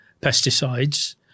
pesticides